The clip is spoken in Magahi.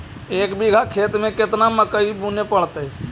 एक बिघा खेत में केतना मकई बुने पड़तै?